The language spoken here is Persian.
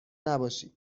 نباشید